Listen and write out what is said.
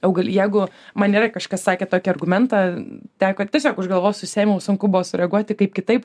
augali jeigu man yra kažkas sakė tokį argumentą teko tiesiog už galvos susiėmiau sunku buvo sureaguoti kaip kitaip